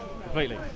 Completely